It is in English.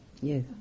Yes